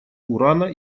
урана